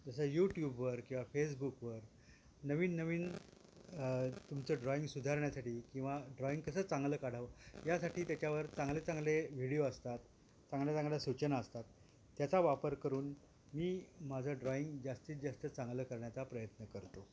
जसं यूट्यूबवर किंवा फेसबुकवर नवीन नवीन तुमचं ड्रॉईंग सुधारण्यासाठी किंवा ड्रॉईंग कसं चांगलं काढावं यासाठी त्याच्यावर चांगले चांगले व्हिडिओ असतात चांगल्या चांगल्या सूचना असतात त्याचा वापर करून मी माझं ड्रॉईंग जास्तीत जास्त चांगलं करण्याचा प्रयत्न करतो